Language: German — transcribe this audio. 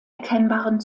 erkennbaren